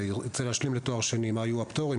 וירצה להשלים לתואר שני מה יהיו הפטורים,